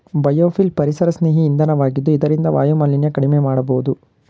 biofuel ಪರಿಸರಸ್ನೇಹಿ ಇಂಧನ ವಾಗಿದ್ದು ಇದರಿಂದ ವಾಯುಮಾಲಿನ್ಯ ಕಡಿಮೆ ಮಾಡಬೋದು